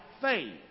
faith